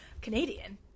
Canadian